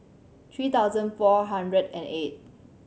three thousand four hundred and eight